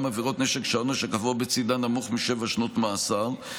גם עבירות נשק שהעונש הקבוע בצידן נמוך משבע שנות מאסר,